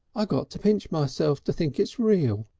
i got to pinch myself to think it's real,